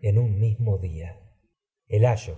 en un mismo dia el ayo